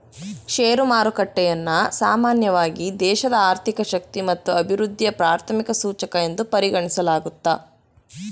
share ಮಾರುಕಟ್ಟೆಯನ್ನ ಸಾಮಾನ್ಯವಾಗಿ ದೇಶದ ಆರ್ಥಿಕ ಶಕ್ತಿ ಮತ್ತು ಅಭಿವೃದ್ಧಿಯ ಪ್ರಾಥಮಿಕ ಸೂಚಕ ಎಂದು ಪರಿಗಣಿಸಲಾಗುತ್ತೆ